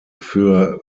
für